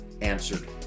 answered